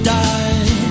die